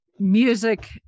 music